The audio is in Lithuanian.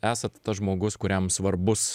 esat tas žmogus kuriam svarbus